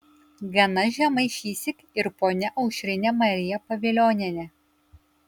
gana žemai šįsyk ir ponia aušrinė marija pavilionienė